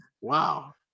Wow